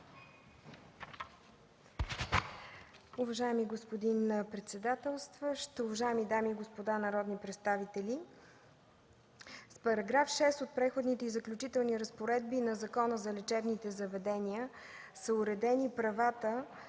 Уважаеми господин председателстващ, уважаеми дами и господа народни представители, в § 6 от Преходните и заключителни разпоредби на Закона за лечебните заведения са уредени правата